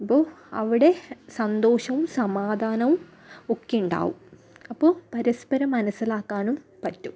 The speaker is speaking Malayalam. അപ്പോൾ അവിടെ സന്തോഷവും സമാധാനവും ഒക്കെ ഉണ്ടാവും അപ്പോൾ പരസ്പരം മനസ്സിലാക്കാനും പറ്റും